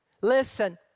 Listen